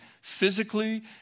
physically